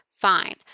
Fine